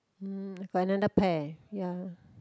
mm got another pair ya